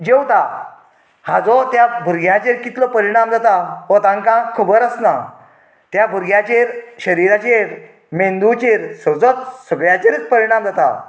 जेवता हाजो त्या भुरग्याचेर कितलो परिणाम जाता हो तांकां खबर आसना त्या भुरग्याचेर शरिराचेर मेंदूचेर सतत सगळ्यांचेरच परिणाम जाता